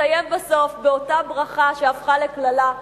מסיים בסוף באותה ברכה שהפכה לקללה: